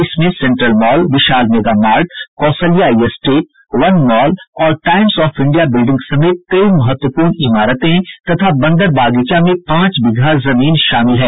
इसमें central mall Vishal mega mart Kaushalya estate one mall और Times of India building समेत कई महत्वपूर्ण इमारतें तथा बंदर बागीचा में पांच बिगहा जमीन शामिल है